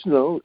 no